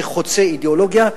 זה חוצה אידיאולוגיה,